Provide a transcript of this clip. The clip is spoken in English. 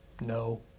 No